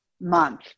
Month